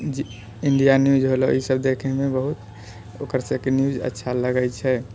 India news होलौ ई सब देखैमे बहुत ओकर सबके न्यूज अच्छा लगै छै